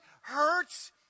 hurts